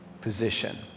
position